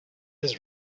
his